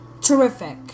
Terrific